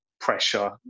pressure